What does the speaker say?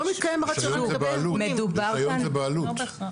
לא מתקיים הרציונל -- מדובר כאן